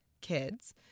kids